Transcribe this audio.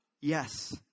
yes